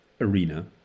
arena